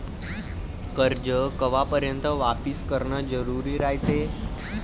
कर्ज कवापर्यंत वापिस करन जरुरी रायते?